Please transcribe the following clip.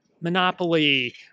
Monopoly